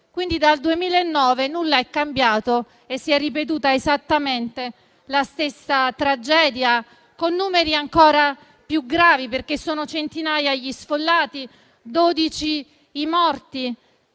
Quindi dal 2009 nulla è cambiato e si è ripetuta esattamente la stessa tragedia, con numeri ancora più gravi, perché ci sono stati dodici morti